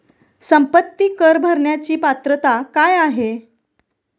संपत्ती कर भरण्याची पात्रता काय आहे?